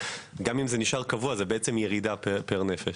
גם אם זה נשאר קבוע, זה בעצם ירידה פר נפש.